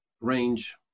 range